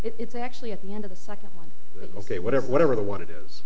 it's actually at the end of the second one ok whatever whatever they want it is